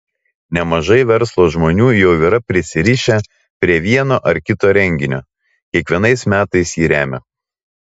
nemažai verslo žmonių jau yra prisirišę prie vieno ar kito renginio kiekvienais metais jį remią